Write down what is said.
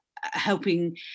helping